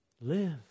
live